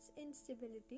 instability